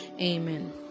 Amen